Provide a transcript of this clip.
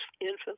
infant